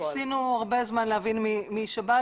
ניסינו הרבה זמן להבין משב"ס.